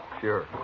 Sure